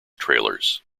trailers